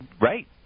Right